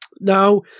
Now